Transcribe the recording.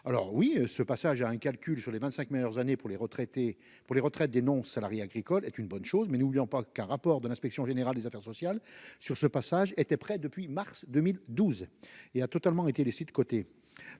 complètes, ce passage à un calcul sur les vingt-cinq meilleures années pour les retraites des non-salariés agricoles est une bonne chose. Mais n'oublions pas pour autant qu'un rapport de l'inspection générale des affaires sociales sur ce passage était prêt depuis mars 2012 et qu'il a totalement été laissé de côté